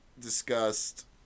discussed